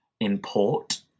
import